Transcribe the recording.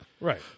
Right